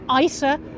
ISA